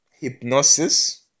hypnosis